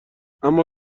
اما